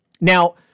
Now